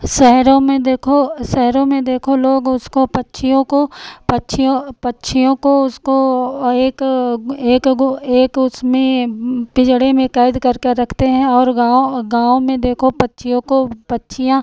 शहरों में देखो शहरों में देखो लोग उसको पक्षियों को पक्षियों पक्षियों को उसको एक एक गो एक उसमें पिंजरें में कैद करके रखते हैं और गाँव गाँव में देखो पक्षियों को पक्षियाँ